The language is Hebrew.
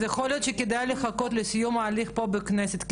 אז יכול להיות שכדאי לחכות לסיום ההליך פה בכנסת,